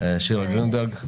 שירה גרינברג.